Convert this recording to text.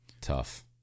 Tough